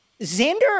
Xander